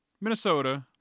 Minnesota